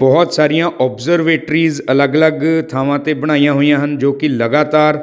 ਬਹੁਤ ਸਾਰੀਆਂ ਓਬਜਰਵੇਟਰੀਜ ਅਲੱਗ ਅਲੱਗ ਥਾਵਾਂ 'ਤੇ ਬਣਾਈਆਂ ਹੋਈਆਂ ਹਨ ਜੋ ਕਿ ਲਗਾਤਾਰ